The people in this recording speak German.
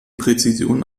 präzision